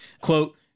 Quote